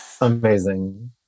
amazing